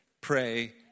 pray